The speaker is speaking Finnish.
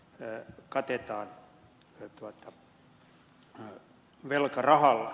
eu katetaan velkarahalla